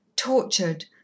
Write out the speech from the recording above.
tortured